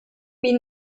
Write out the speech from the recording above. bin